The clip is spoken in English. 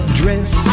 dress